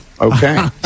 Okay